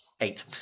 Eight